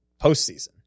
postseason